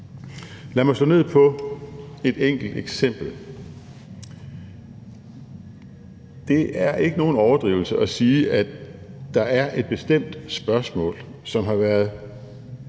Lad mig slå ned på et enkelt eksempel. Det er ikke nogen overdrivelse at sige, at der er et bestemt spørgsmål, som har været